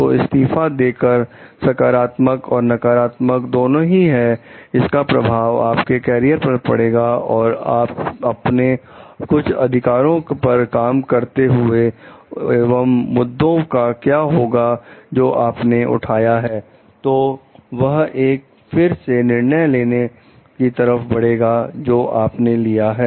तो इस्तीफा देना सकारात्मक और नकारात्मक दोनों ही है और इसका प्रभाव आपके कैरियर पर पड़ेगा और अपने कुछ अधिकारों पर काम करते हुए एवं मुद्दे का क्या होगा जो आपने उठाया है तो वह एक फिर से निर्णय लेने की तरफ बढ़ेगा जो आपने लिया है